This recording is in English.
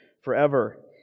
forever